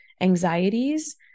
anxieties